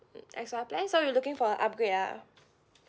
mm X_Y plan so you're looking for a upgrade ah